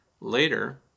later